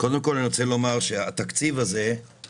קודם כל, אני רוצה לומר שהתקציב הזה הוא